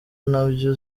ntabyo